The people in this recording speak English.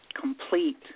complete